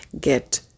get